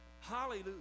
Hallelujah